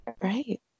Right